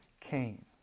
Cain